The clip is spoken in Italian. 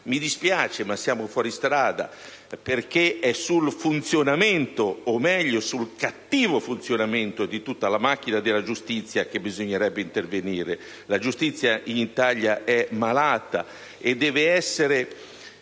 mi dispiace ma siamo fuori strada, perché è sul funzionamento o, meglio, sul cattivo funzionamento di tutta la macchina della giustizia che bisognerebbe intervenire. La giustizia in Italia è malata e deve essere